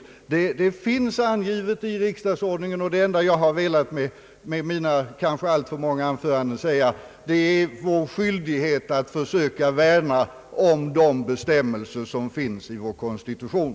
Jag anser att den finns angiven i riksdagsordningen, och det enda jag har velat med mina kanske alltför många anföranden säga, är att vår skyldighet måste vara att försöka värna om de bestämmelser, som finns i vår konstitution.